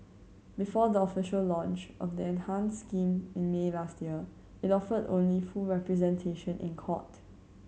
before the official launch of the enhanced scheme in May last year it offered only full representation in court